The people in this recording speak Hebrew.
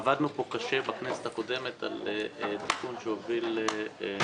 עבדנו פה קשה בכנסת הקודמת על תיקון שהוביל קודמך.